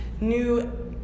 new